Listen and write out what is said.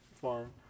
farm